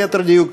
ליתר דיוק.